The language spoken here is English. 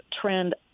trend